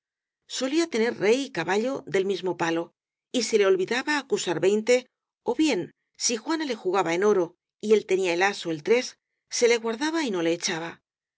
solía tener rey y caballo del mismo palo y se le olvidaba acusar veinte ó bien si juana le jugaba un oro y él tenía el as ó el tres se le guardaba y no le echaba